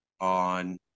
on